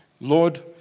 Lord